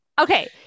okay